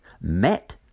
met